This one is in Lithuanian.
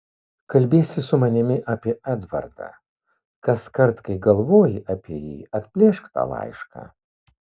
kalbiesi su manimi apie edvardą kaskart kai galvoji apie jį atplėšk tą laišką